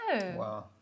Wow